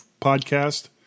podcast